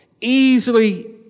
Easily